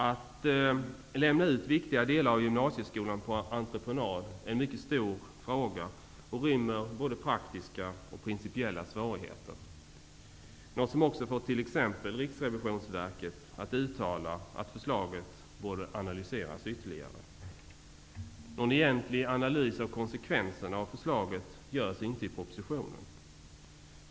Att lämna ut viktiga delar av gymnasieskolan på entreprenad är en mycket stor fråga som rymmer praktiska och principiella svårigheter. Det har också fått t.ex. Riksrevisionsverket att uttala att förslaget borde analyseras ytterligare. Någon egentlig analys av konsekvenserna av förslaget görs inte i propositionen.